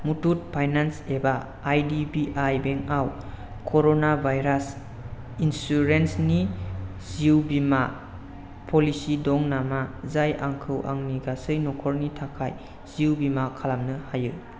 Muthoot finance एबा I D B I बेंकआव कर'ना भाइरास इन्सुरेन्सनि जिउ बीमा प'लिसि दं नामा जाय आंखौ आंनि गासै न'खरनि थाखाय जिउ बीमा खालामनो होयो